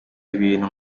ibintu